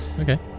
Okay